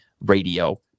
radio